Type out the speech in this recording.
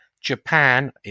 Japan